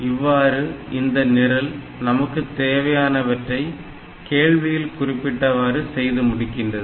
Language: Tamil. இவ்வாறு இந்த நிரல் நமக்கு தேவையானவற்றை கேள்வியில் குறிப்பிட்டவாறு செய்து முடிக்கின்றது